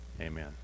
Amen